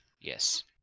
Yes